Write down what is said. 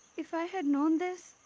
if i had known this,